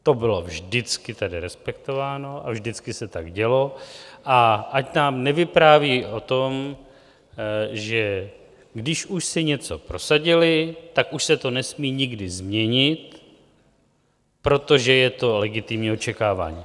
To bylo vždycky tedy respektováno a vždycky se tak dělo, a ať nám nevypráví o tom, že když už si něco prosadili, tak už se to nesmí nikdy změnit, protože je to legitimní očekávání.